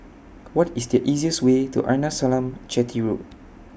What IS The easiest Way to Arnasalam Chetty Road